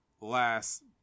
last